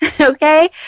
okay